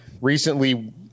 recently